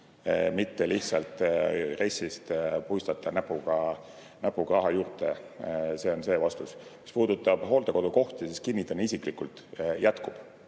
mitte lihtsalt RES-ist puistada näpuga raha juurde. See on see vastus. Mis puudutab hooldekodukohti, siis kinnitan isiklikult, et jätkub.